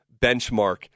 benchmark